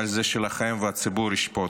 אבל זה שלכם, והציבור ישפוט.